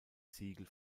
siegel